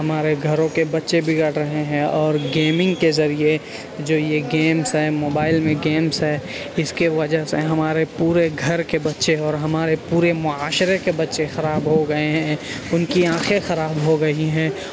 ہمارے گھروں کے بچے بگڑ رہے ہیں اور گیمنگ کے ذریعے جو یہ گیمس ہیں موبائل میں گیمس ہے اس کے وجہ سے ہمارے پورے گھر کے بچے اور ہمارے پورے معاشرے کے بچے خراب ہو گئے ہیں ان کی آنکھیں خراب ہو رہی ہیں